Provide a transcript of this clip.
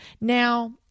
Now